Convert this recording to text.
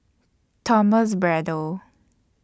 Thomas Braddell